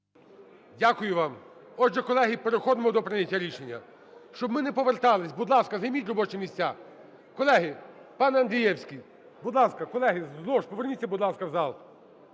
Дякую вам. Отже, колеги, переходимо до прийняття рішення. Щоб ми не повертались, будь ласка, займіть робочі місця. Колеги, панеАндрієвський, будь ласка. Колеги, з лож поверніться, будь ласка, в зал,